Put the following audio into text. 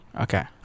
Okay